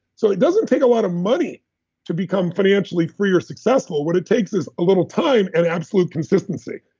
so it doesn't take a lot of money to become financially free or successful. what it takes is a little time and absolute consistency,